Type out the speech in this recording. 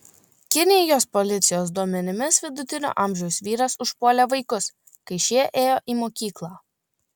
kinijos policijos duomenimis vidutinio amžiaus vyras užpuolė vaikus kai šie ėjo į mokyklą